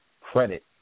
credit